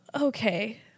Okay